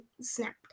snapped